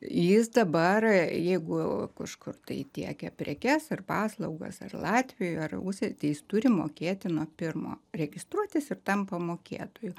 jis dabar jeigu kažkur tai tiekia prekes ir paslaugas ar latvijoj ar užsie tai jis turi mokėti nuo pirmo registruotis ir tampa mokėtoju